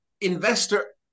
investor